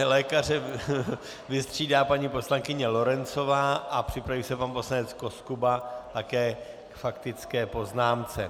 Lékaře vystřídá paní poslankyně Lorencová a připraví se pan poslanec Koskuba, také k faktické poznámce.